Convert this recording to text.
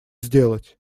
сделать